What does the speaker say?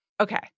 Okay